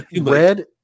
red